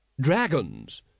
Dragons